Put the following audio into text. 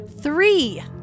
three